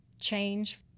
change